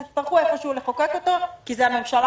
אז יצטרכו איפשהו לחוקק אותו כי הממשלה